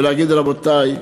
ולהגיד: רבותי,